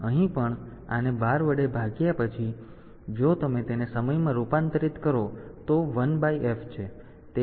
તેથી અહીં પણ આને 12 વડે ભાગ્યા અને પછી જો તમે તેને સમયમાં રૂપાંતરિત કરો તો 1f છે